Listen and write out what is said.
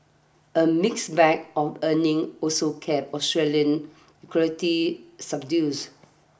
a mixed bag of earning also kept Australian equity subdue